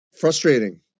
frustrating